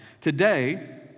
Today